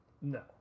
no